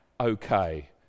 okay